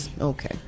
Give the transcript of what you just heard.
okay